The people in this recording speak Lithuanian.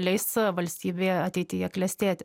leis valstybei ateityje klestėti